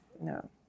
no